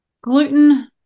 gluten